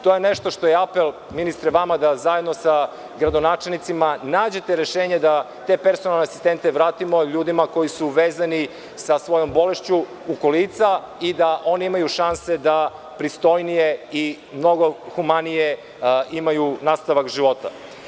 To je nešto što je apel, ministre vama, da zajedno sa gradonačelnicima nađete rešenje da te personalne asistente vratimo ljudima koji su vezani sa svojom bolešću u kolicima i da oni imaju šanse da pristojnije i mnogo humanije imaju nastavak života.